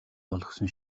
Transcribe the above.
болгосон